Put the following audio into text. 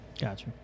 Gotcha